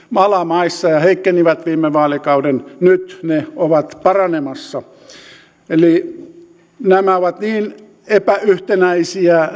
alamaissa ja ja heikkenivät viime vaalikauden nyt ne ovat paranemassa eli nämä oppositiopuolueitten vaihtoehtobudjetit ovat niin epäyhtenäisiä